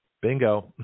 Bingo